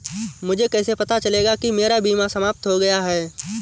मुझे कैसे पता चलेगा कि मेरा बीमा समाप्त हो गया है?